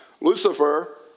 Lucifer